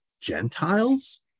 Gentiles